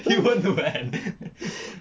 he will do [one]